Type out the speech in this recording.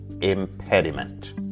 impediment